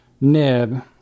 nib